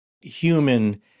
human